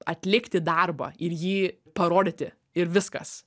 atlikti darbą ir jį parodyti ir viskas